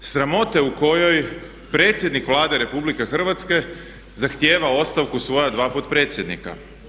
Sramote u kojoj predsjednik Vlade RH zahtjeva ostavku svoja dva potpredsjednika.